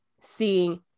seeing